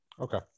Okay